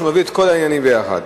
שהוא מביא את כל העניינים ביחד.